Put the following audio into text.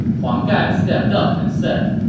huang gai stepped up and said,